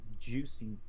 juicy